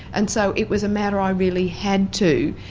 and so it was a matter i really had to,